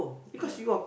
ya